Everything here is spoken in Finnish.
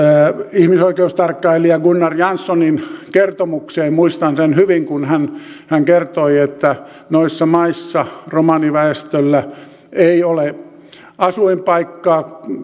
ihmisoikeustarkkailija gunnar janssonin kertomukseen muistan sen hyvin kun hän hän kertoi että noissa maissa romaniväestöllä ei ole asuinpaikkaa